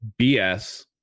BS